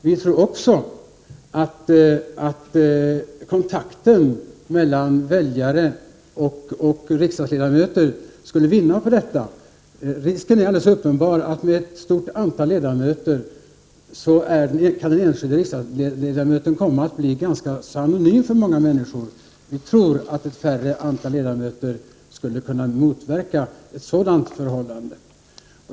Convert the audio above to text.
Vi tror också att kontakten mellan väljare och riksdagsledamöter skulle vinna på detta. Risken är helt uppenbar att den enskilde riksdagsledamoten kan bli ganska anonym för många människor när antalet ledamöter är stort. Ett mindre antal ledamöter skulle kunna motverka ett sådant förhållande.